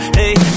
hey